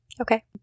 Okay